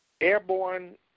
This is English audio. airborne